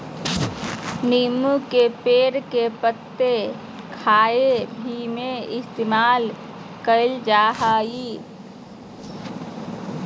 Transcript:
नींबू के पेड़ के पत्ते खाय में भी इस्तेमाल कईल जा हइ